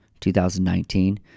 2019